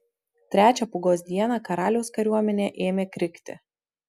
trečią pūgos dieną karaliaus kariuomenė ėmė krikti